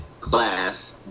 class